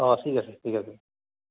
অঁ ঠিক আছে ঠিক আছে